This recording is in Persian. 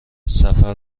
سفر